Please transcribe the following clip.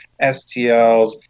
STLs